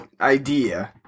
idea